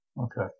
Okay